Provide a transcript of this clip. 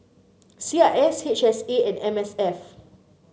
C I S H S A and M S F